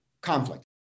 conflict